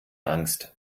angst